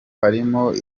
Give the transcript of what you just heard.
harimo